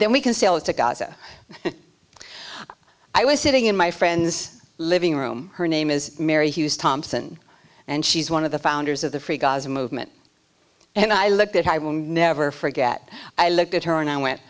then we can sell it to gaza i was sitting in my friend's living room her name is mary hughes thompson and she's one of the founders of the free gaza movement and i looked at her i will never forget i looked at her and i went